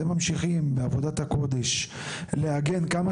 אתם ממשיכים בעבודת הקודש לעגן כמה